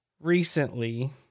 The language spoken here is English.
recently